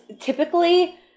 typically